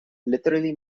literally